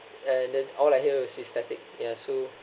and then all l hear is static yeah so